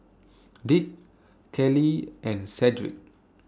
Dick Kailee and Cedric